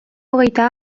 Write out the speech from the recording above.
hogeita